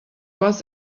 was